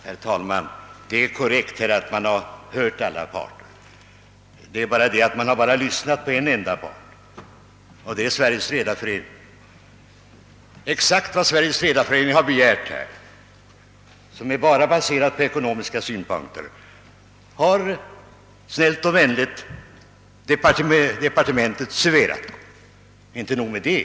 Herr talman! Det är riktigt att man har hört alla parter. Det är bara det, att man har lyssnat endast på en part, nämligen på Sveriges redareförening. Exakt vad Sveriges redareförening begär, baserat enbart på ekonomiska synpunkter, har departementet snällt och vänligt serverat. Och inte nog med det!